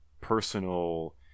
personal